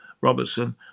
Robertson